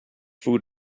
food